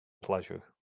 pleasure